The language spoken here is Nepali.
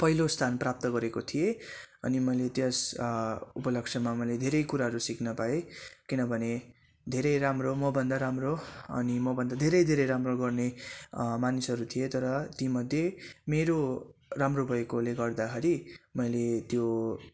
पहिलो स्थान प्राप्त गरेको थिएँ अनि मैले त्यस उपलक्ष्यमा मैले धेरै कुराहरू सिक्न पाएँ किनभने धेरै राम्रो मभन्दा राम्रो अनि मभन्दा धेरै धेरै राम्रो गर्ने मानिसहरू थिए तर तीमध्ये मेरो राम्रो भएकोले गर्दाखेरि मैले त्यो